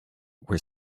were